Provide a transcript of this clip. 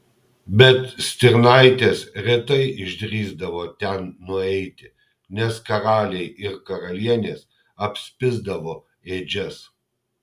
bet stirnaitės retai išdrįsdavo ten nueiti nes karaliai ir karalienės apspisdavo ėdžias